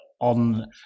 on